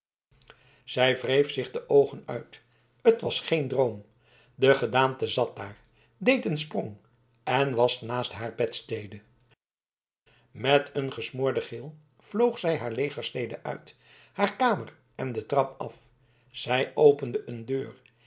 zij wreef zich de oogen uit het was geen droom die gedaante zat daar deed een sprong en was naast haar bedstede met een gesmoorden gil vloog zij haar legerstede uit haar kamer en de trap af zij opende een deur